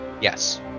Yes